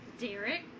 Derek